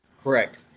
Correct